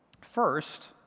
First